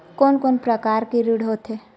कोन कोन प्रकार के ऋण होथे?